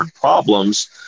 problems